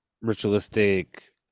ritualistic